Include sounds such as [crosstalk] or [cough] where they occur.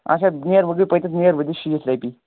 اچھا نیر ؤنۍ گے [unintelligible] نیر ؤنۍ دِ شیٖتھ رۄپیہِ